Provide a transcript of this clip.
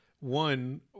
one